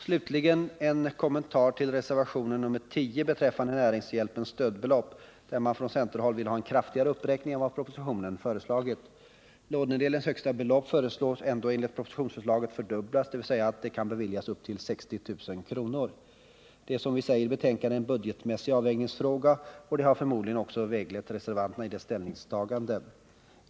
Slutligen en kommentar till reservationen 10 beträffande näringshjälpens stödbelopp, där man från centerhåll för fram önskemål om en kraftigare uppräkning än vad som föreslagits i propositionen. Lånedelens högsta belopp föreslås ändå enligt propositionsförslaget bli fördubblat, så att upp till 60 000 kr. kan beviljas. Det är, som vi säger i betänkandet, en budgetmässig avvägningsfråga, och det har förmodligen också väglett reservanterna i deras ställningsstagande.